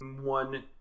one